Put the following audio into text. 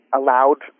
allowed